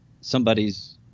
somebody's